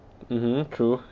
mmhmm true